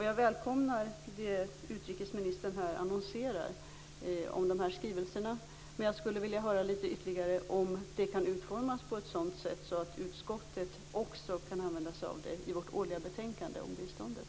Jag välkomnar det biståndsministern annonserar om skrivelserna, men jag skulle vilja höra om de kan utformas på ett sådant sätt att också utskottet kan använda sig av dem i sitt årliga betänkande om biståndet.